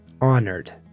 honored